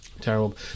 Terrible